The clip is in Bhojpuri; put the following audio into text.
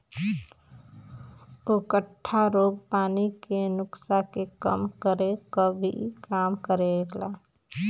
उकठा रोग पानी के नुकसान के कम करे क भी काम करेला